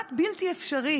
כמעט בלתי אפשרי,